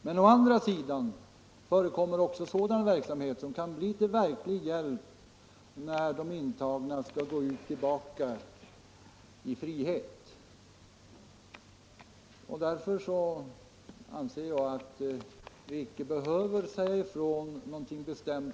Men å andra sidan förekommer också sådan verksamhet som kan bli till verklig hjälp för de intagna när de skall gå tillbaka till ett liv i frihet.